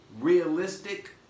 realistic